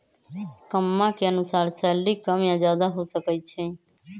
कम्मा के अनुसार सैलरी कम या ज्यादा हो सका हई